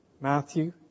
Matthew